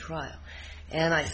trial and i